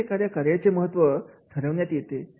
येथे एखाद्या कार्याचे महत्त्व ठरवण्यात येते